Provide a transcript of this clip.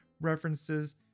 references